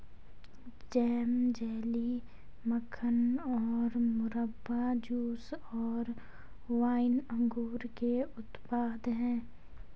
jam, jelly, मक्खन और मुरब्बा, जूस और वाइन अंगूर के उत्पाद हैं